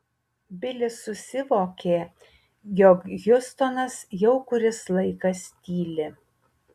bilis susivokė jog hjustonas jau kuris laikas tyli